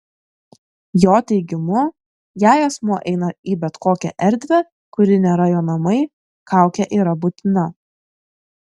jo teigimu jei asmuo eina į bet kokią erdvę kuri nėra jo namai kaukė yra būtina